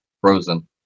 frozen